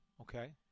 Okay